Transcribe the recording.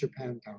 Japantown